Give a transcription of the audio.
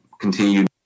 continued